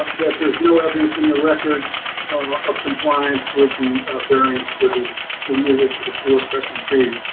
that there's no evidence in the record of compliance with the variance for the removal for the poor specimen trees.